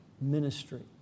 ministry